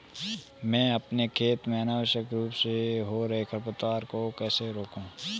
मैं अपने खेत में अनावश्यक रूप से हो रहे खरपतवार को कैसे रोकूं?